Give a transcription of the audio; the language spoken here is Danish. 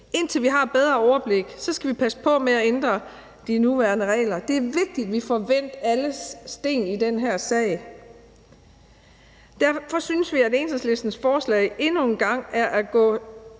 Indtil vi har et bedre overblik, skal vi passe på med at ændre de nuværende regler. Det er vigtigt, at vi får vendt alle sten i den her sag. Derfor synes vi, at Enhedslistens forslag endnu en gang er at gå